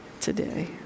today